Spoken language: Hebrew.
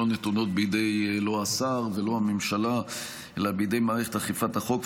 לא נתונות בידי השר ולא בידי הממשלה אלא בידי מערכת אכיפת החוק,